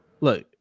look